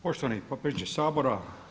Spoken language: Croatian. Poštovani potpredsjedniče Sabora.